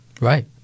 Right